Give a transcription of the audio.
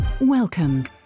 Welcome